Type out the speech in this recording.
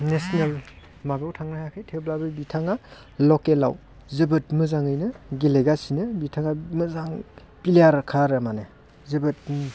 national माबायाव थांनो हायाखै थेवब्लाबो बिथाङा लकेलाव जोबोद मोजाङैनो गेलेगासिनो बिथाङा मोजां प्लेयारखा आरो माने जोबोद